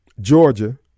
Georgia